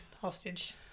Hostage